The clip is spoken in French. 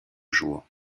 jours